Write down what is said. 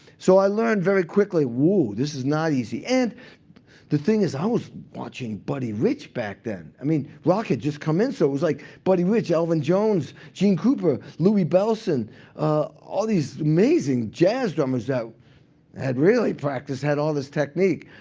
so i learned very quickly, woo, this is not easy. and the thing is, i was watching buddy rich back then. i mean rock had just come in. so it was like buddy rich, elvin jones, gene krupa, louie bellson all these amazing jazz drummers that had really practiced, had all this technique.